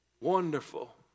wonderful